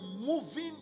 moving